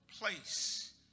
place